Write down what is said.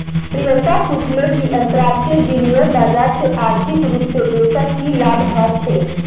प्रियंका पूछले कि अंतरराष्ट्रीय विनिमय बाजार से आर्थिक रूप से देशक की लाभ ह छे